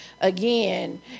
again